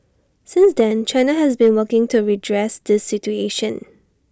since then China has been working to redress this situation